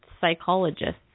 psychologists